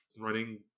running